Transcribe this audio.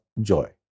joy